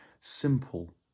simple